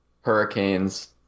Hurricanes